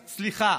סליחה,